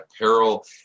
apparel